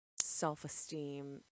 self-esteem